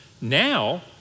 now